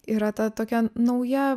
yra ta tokia nauja